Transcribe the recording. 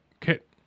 kit